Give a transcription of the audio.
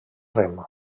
rem